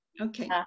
Okay